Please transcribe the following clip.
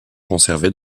conservées